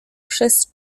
przez